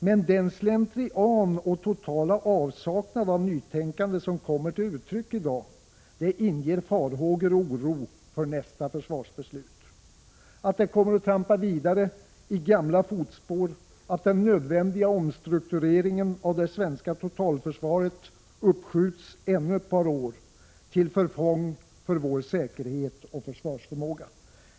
Men den slentrian och totala avsaknad av nytänkande som kommer till uttryck i dag inger farhågor och oro för nästa försvarsbeslut, för att det kommer att trampa vidare i gamla fotspår, att den nödvändiga omstruktureringen av det svenska totalförsvaret upppskjuts ännu ett par år — till förfång för vår säkerhet och försvarsförmåga.